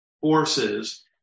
forces